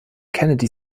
kennedy